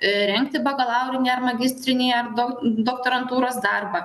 rengti bakalaurinį ar magistrinį ar daug doktorantūros darbą